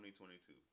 2022